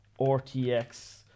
RTX